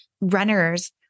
runners